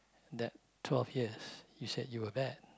that twelve years you said you were bad